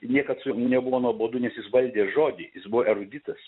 niekad su juo nebuvo nuobodu nes jis valdė žodį jis buvo eruditas